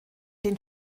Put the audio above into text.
den